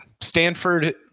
Stanford